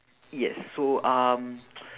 yes so um